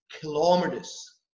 kilometers